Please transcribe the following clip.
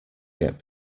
get